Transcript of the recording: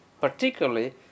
Particularly